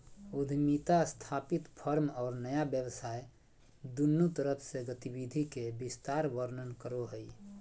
उद्यमिता स्थापित फर्म और नया व्यवसाय दुन्नु तरफ से गतिविधि के विस्तार वर्णन करो हइ